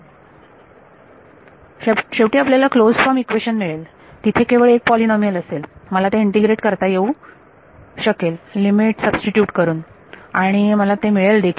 विद्यार्थी होय शेवटी आपल्याला क्लोजड फॉर्म इक्वेशन मिळेल तिथे केवळ एक पोलीनोमियल असेल मला ते इंटिग्रेट करता येऊ शकतील लिमिट सबस्टिट्यूट करून आणि मला ते मिळेल देखील